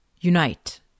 Unite